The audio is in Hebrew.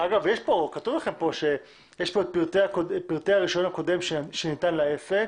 כתוב כאן שיש את פרטי הרישיון הקודם שניתן לעסק